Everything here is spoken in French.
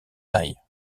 taille